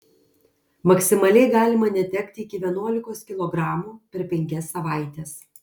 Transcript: maksimaliai galima netekti iki vienuolikos kilogramų per penkias savaites